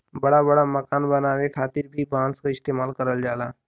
बड़ा बड़ा मकान बनावे खातिर भी बांस क इस्तेमाल करल जाला